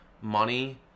money